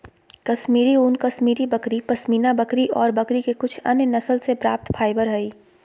कश्मीरी ऊन, कश्मीरी बकरी, पश्मीना बकरी ऑर बकरी के कुछ अन्य नस्ल से प्राप्त फाइबर हई